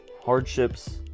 hardships